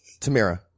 Tamira